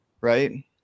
right